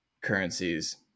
currencies